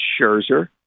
Scherzer